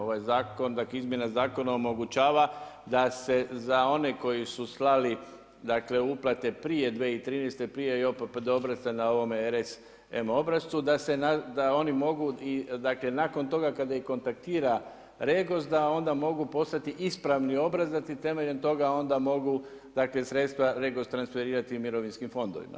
Ovaj zakon, dakle izmjena zakona omogućava da se za one koji su slali, dakle uplate prije 2013., prije JOPPD obrasca na ovom RSM obrascu, da oni mogu, dakle nakon toga kada ih kontaktira REGOS da onda mogu poslati ispravni obrazac i temeljem toga onda mogu, dakle sredstva REGOS transferirati i mirovinskim fondovima.